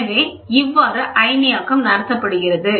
எனவே இவ்வாறு அயனியாக்கம் நடத்தப்படுகிறது